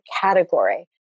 category